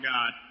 God